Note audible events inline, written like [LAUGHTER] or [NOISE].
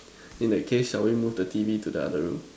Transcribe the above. [BREATH] in that case shall we move the T_V to the other room